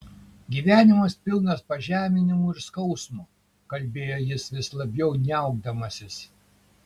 gyvenimas pilnas pažeminimų ir skausmo kalbėjo jis vis labiau niaukdamasis